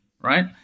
right